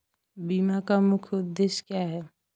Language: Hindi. बीमा का मुख्य उद्देश्य क्या है?